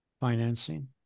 financing